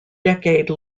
decade